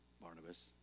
Barnabas